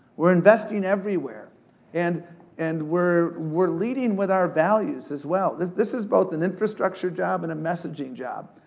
we're investing everywhere and and we're we're leading with our values as well, this this is both an infrastructure job and a messaging job.